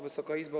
Wysoka Izbo!